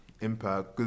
impact